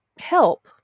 help